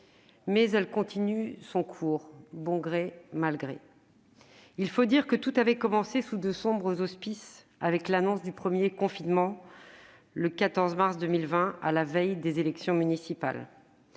gré, elle suit son cours. Il faut dire que tout avait commencé sous de sombres auspices, par l'annonce du premier confinement le 14 mars 2020, à la veille des élections municipales.